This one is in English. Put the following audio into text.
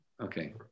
Okay